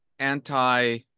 anti